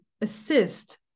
assist